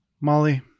Molly